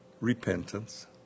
Repentance